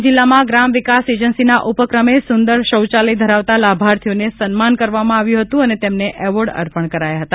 ડાંગ જિલ્લામાં ગ્રામ વિકાસ એજન્સીના ઉપક્રમે સુંદર શૌચાલય ધરાવતા લાભાર્થીઓને સન્માન કરવામાં આવ્યું હતું અને તેમને એવોર્ડ અર્પણ કરાયા હતા